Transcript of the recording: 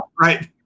Right